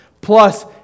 plus